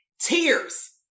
Tears